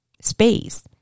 space